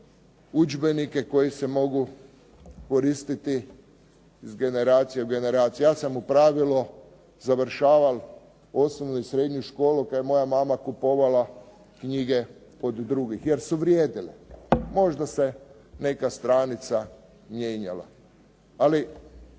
udžbenike koji se mogu koristiti s generacije u generaciju. Ja sam u pravilo završaval osnovnu i srednju školu kaj je moja mama kupovala knjige od drugih, jer su vrijedile. Možda se neka stranica mijenjala. Ali